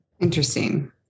Interesting